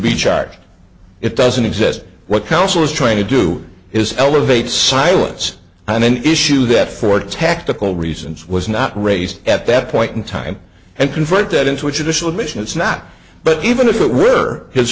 be charged it doesn't exist what counsel is trying to do is elevate silence and an issue that for tactical reasons was not raised at that point in time and converted into a traditional mission it's not but even if it were his